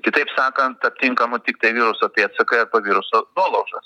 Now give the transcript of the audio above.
kitaip sakant aptinkama tiktai viruso pėdsakai arba viruso nuolaužos